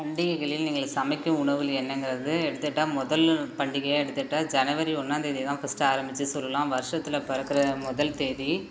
பண்டிகைகளில் நீங்கள் சமைக்கும் உணவுகள் என்னங்கிறது எடுத்துக்கிட்டால் முதல் பண்டிகையாக எடுத்துக்கிட்டால் ஜனவரி ஒன்றாந்தேதி தான் ஃபஸ்டு ஆரம்பிச்சு சொல்லலாம் வருஷத்தில் பிறக்குற முதல் தேதி